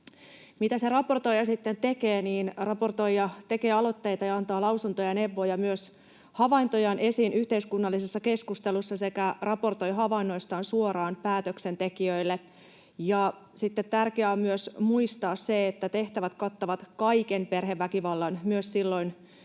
Mitä se raportoija sitten tekee? Raportoija tekee aloitteita ja antaa lausuntoja ja neuvoja, tuo myös havaintojaan esiin yhteiskunnallisessa keskustelussa sekä raportoi havainnoistaan suoraan päätöksentekijöille. Tärkeää on myös muistaa se, että tehtävät kattavat kaiken perheväkivallan, myös silloin,